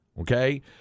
Okay